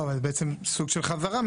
אבל זו סוג של חזרה,